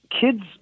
kids